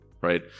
right